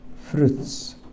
fruits